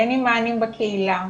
בין אם מענים בקהילה,